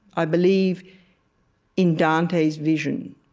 i believe in dante's vision.